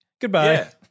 Goodbye